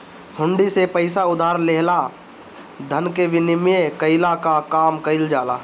हुंडी से पईसा उधार लेहला धन के विनिमय कईला कअ काम कईल जाला